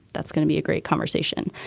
that's gonna be a great conversation.